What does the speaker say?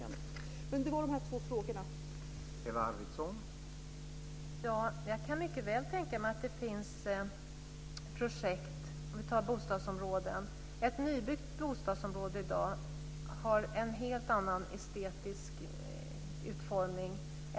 Men jag hade alltså två frågor.